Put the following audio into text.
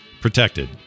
protected